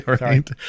right